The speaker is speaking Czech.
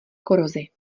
korozi